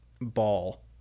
ball